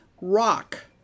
rock